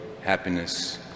happiness